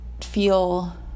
feel